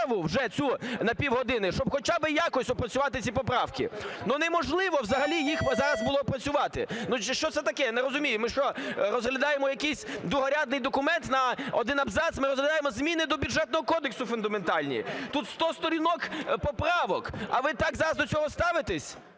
вже цю, на півгодини, щоб хоча би якось опрацювати ці поправки. Ну неможливо взагалі їх зараз було опрацювати. Ну що це таке? Я не розумію, ми що, розглядаємо якийсь другорядний документ на один абзац? Ми розглядаємо зміни до Бюджетного кодексу фундаментальні. Тут 100 сторінок поправок, а ви так зараз до цього ставитесь.